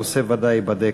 הנושא ודאי ייבדק.